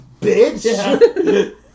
bitch